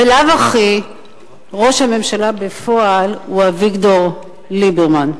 בלאו הכי ראש הממשלה בפועל הוא אביגדור ליברמן.